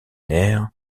nerfs